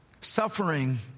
Suffering